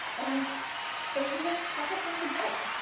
and they even tuck us into bed.